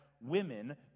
women